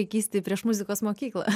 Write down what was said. vaikystėj prieš muzikos mokyklą